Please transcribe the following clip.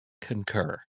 concur